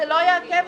אני מתמחה.